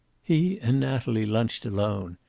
he and natalie lunched alone,